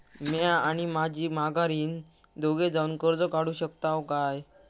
म्या आणि माझी माघारीन दोघे जावून कर्ज काढू शकताव काय?